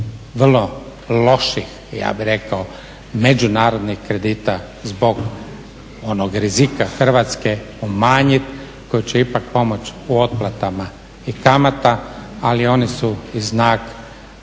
vrlo loših ja bih rekao međunarodnih kredita zbog onog rizika Hrvatske umanjiti, koji će ipak pomoći u otplatama i kamata ali oni su i znak